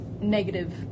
negative